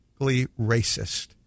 racist